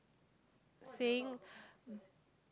saying